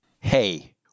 Hey